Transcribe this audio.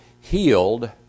healed